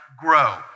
grow